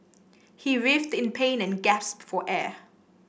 he writhed in pain and gasped for air